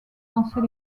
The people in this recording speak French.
lancer